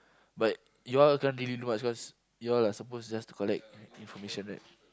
but you all can't really do much because you all are supposed just to collect in~ information right